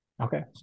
Okay